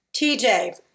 tj